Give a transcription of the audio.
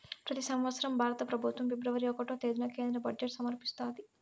పెతి సంవత్సరం భారత పెబుత్వం ఫిబ్రవరి ఒకటో తేదీన కేంద్ర బడ్జెట్ సమర్పిస్తాది